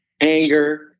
Anger